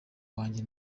wanjye